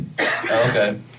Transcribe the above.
Okay